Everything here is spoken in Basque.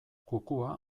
kukua